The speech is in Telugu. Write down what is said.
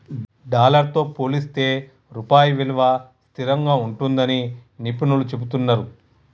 డాలర్ తో పోలిస్తే రూపాయి విలువ స్థిరంగా ఉంటుందని నిపుణులు చెబుతున్నరు